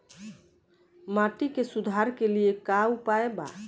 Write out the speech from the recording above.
माटी के सुधार के लिए का उपाय बा?